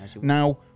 now